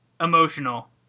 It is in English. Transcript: emotional